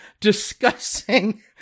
discussing